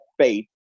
faith